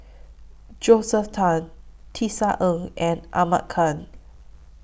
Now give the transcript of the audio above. Josephine Teo Tisa Ng and Ahmad Khan